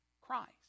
Christ